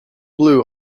blue